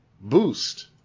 boost